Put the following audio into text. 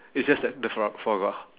it's just that the foie foie gras